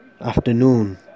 afternoon